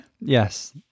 Yes